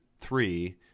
three